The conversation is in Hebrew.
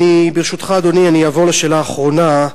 ברשותך, אדוני, אעבור לשאלה האחרונה,